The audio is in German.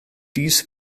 dies